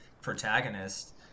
protagonist